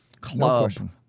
club